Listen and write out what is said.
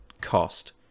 cost